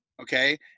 Okay